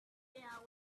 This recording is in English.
care